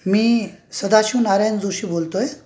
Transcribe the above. मी सदाशिव नारायण जोशी बोलतोय